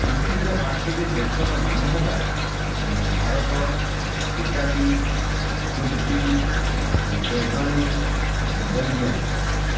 ପୃଥିବୀର ପାଞ୍ଚଟି ଦେଶର ନାମ ହେଲା Bharat Italy Turkey Germany Belgium